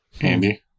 Andy